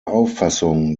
auffassung